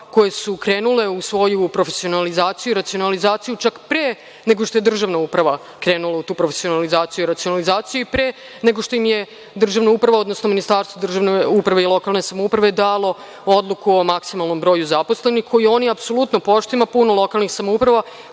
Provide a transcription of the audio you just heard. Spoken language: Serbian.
koje su krenule u svoju profesionalizaciju i racionalizaciju, čak pre nego što je državna uprava krenula u tu profesionalizaciju i racionalizaciju i pre nego što im je državna uprava, odnosno Ministarstvo državne uprave i lokalne samouprave dalo Odluku o maksimalnom broju zaposlenih, koju oni apsolutno poštuju i ima puno lokalnih samouprava